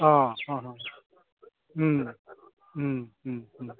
अ अ अ